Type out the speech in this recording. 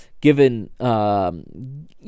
given